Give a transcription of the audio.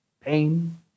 pain